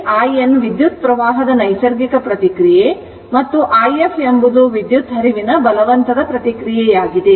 ಇಲ್ಲಿ in ವಿದ್ಯುತ್ ಪ್ರವಾಹದ ನೈಸರ್ಗಿಕ ಪ್ರತಿಕ್ರಿಯೆ ಮತ್ತು i f ಎಂಬುದು ವಿದ್ಯುತ್ ಪ್ರವಾಹದ ಬಲವಂತದ ಪ್ರತಿಕ್ರಿಯೆಯಾಗಿದೆ